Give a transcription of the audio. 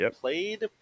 Played